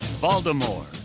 Baltimore